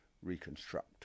reconstruct